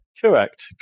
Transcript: Correct